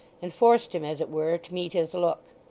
and forced him, as it were, to meet his look.